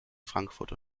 frankfurt